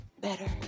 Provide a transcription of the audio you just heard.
Better